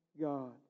God